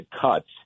cuts